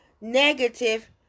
negative